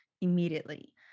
immediately